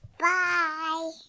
Bye